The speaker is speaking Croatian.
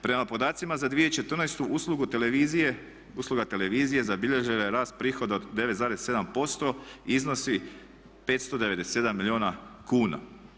Prema podacima za 2014. uslugu televizije, usluga televizije zabilježila je rast prihoda od 9,7%, iznosi 597 milijuna kuna.